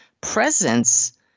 presence